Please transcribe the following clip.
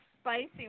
spicy